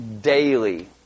daily